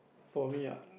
for me ah